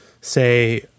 say